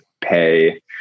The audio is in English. pay